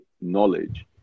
knowledge